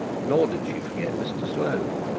nor did she forget mr slope.